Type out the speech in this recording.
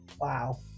Wow